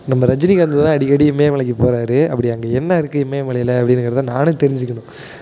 நம்ம ரஜினிகாந்த் தான் அடிக்கடி இமயமலைக்கு போறாரு அப்படி அங்கே என்ன இருக்குது இமயமலையில் அப்படினுங்கிறத நானும் தெரிஞ்சுக்கணும்